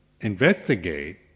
investigate